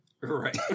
right